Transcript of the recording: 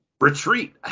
retreat